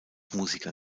musiker